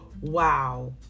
Wow